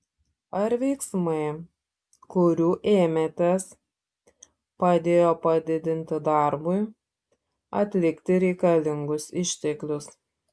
ar veiksmai kurių ėmėtės padėjo padidinti darbui atlikti reikalingus išteklius